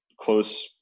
close